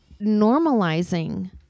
normalizing